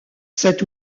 cet